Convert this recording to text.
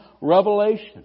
revelation